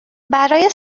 برای